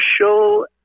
show